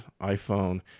iPhone